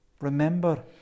Remember